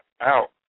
out